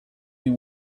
they